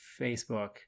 Facebook